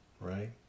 right